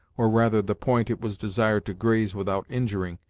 or rather the point it was desired to graze without injuring,